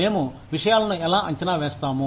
మేము విషయాలను ఎలా అంచనా వేస్తాము